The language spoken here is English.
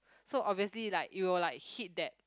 so obviously like it will like hit that